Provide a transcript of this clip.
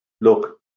Look